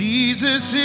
Jesus